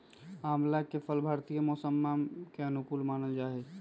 आंवला के फल भारतीय मौसम्मा के अनुकूल मानल जाहई